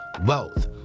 wealth